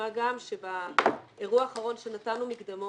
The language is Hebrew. מה גם שבאירוע האחרון שנתנו מקדמות,